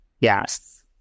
yes